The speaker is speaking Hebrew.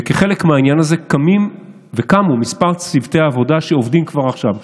וכחלק מהעניין הזה קמים וקמו כמה צוותי עבודה שעובדים כבר עכשיו.